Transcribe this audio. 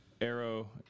Arrow